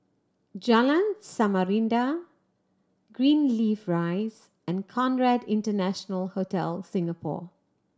Jalan Samarinda Greenleaf Rise and Conrad International Hotel Singapore